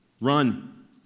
Run